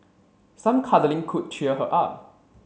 some cuddling could cheer her up